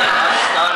הכנסת.